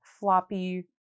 Floppy